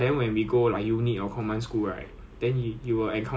not that I want to say bad about them lah but then like no some of them is very good